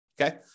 Okay